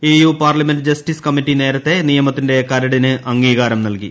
EU parliament justice committee നേരത്തെ നിയമത്തിന്റെ കരടിന് അംഗീകാരം നൽകി